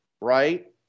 right